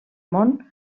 món